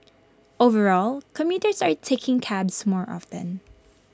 overall commuters are taking cabs more often